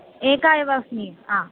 एका एव अस्मि आ